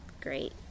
great